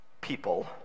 people